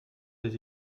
des